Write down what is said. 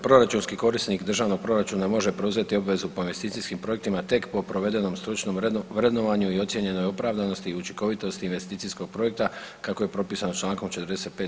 Proračunski korisnik državnog proračuna može preuzeti obvezu po investicijskim projektima tek po provedenom stručnom vrednovanju i ocijenjenoj opravdanosti i učinkovitosti investicijskog projekta kako je propisano Člankom 45.